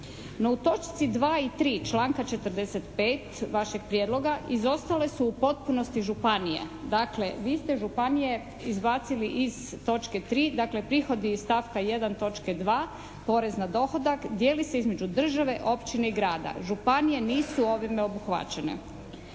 u točci 2. i 3. članka 45. vašeg prijedloga izostale su u potpunosti županije, dakle vi ste županije izbacili iz točke 3. dakle prihodi iz stavka 1. točke 2. porez na dohodak dijeli se između države, općine i grada. Županije nisu ovime obuhvaćene.